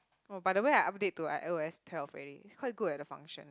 oh by the way I update to I_O_S twelve already quite good at the function